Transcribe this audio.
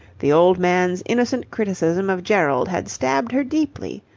the old man's innocent criticism of gerald had stabbed her deeply.